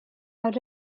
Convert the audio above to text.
are